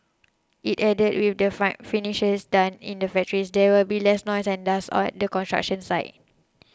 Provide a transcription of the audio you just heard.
it added with the finishes done in the factories there will be less noise and dust at the construction site